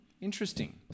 Interesting